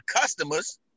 customers